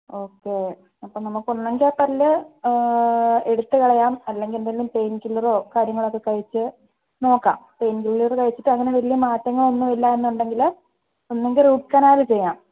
okay അപ്പം നമുക്ക് ഒന്നെങ്കിൽ ആ പല്ല് എടുത്ത് കളയാം അല്ലെങ്കിൽ എന്തേലും പെയിന് കില്ലറോ കാര്യങ്ങളോ ഒക്കെ കഴിച്ച് നോക്കാം പെയിന് കില്ലർ കഴിച്ചിട്ട് അങ്ങനെ വലിയ മാറ്റങ്ങളൊന്നും ഇല്ല എന്നുണ്ടെങ്കിൽ ഒന്നെങ്കിൽ റൂട്ട് കനാൽ ചെയ്യാം